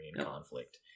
conflict